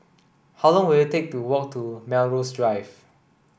how long will it take to walk to Melrose Drive